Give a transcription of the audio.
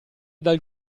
dal